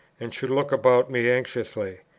and should look about me anxiously,